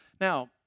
Now